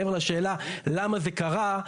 מעבר לשאלה למה זה קרה,